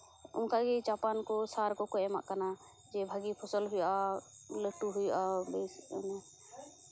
ᱚᱱᱠᱟᱜᱮ ᱪᱟᱯᱟᱱ ᱠᱚ ᱥᱟᱨ ᱠᱚᱠᱚ ᱮᱢᱟᱜ ᱠᱟᱱᱟ ᱤᱭᱟᱹ ᱵᱷᱟᱜᱮ ᱯᱷᱚᱥᱚᱞ ᱦᱩᱭᱩᱜᱼᱟ ᱞᱟᱹᱴᱩ ᱦᱩᱭᱩᱜᱼᱟ ᱵᱮᱥ